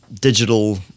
digital